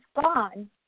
gone